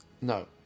No